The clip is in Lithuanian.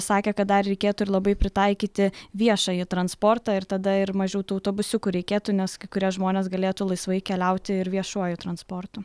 sakė kad dar reikėtų ir labai pritaikyti viešąjį transportą ir tada ir mažiau tų autobusiukų reikėtų nes kai kurie žmonės galėtų laisvai keliauti ir viešuoju transportu